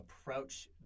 approach